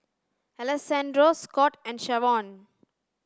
Alessandro Scot and Shavonne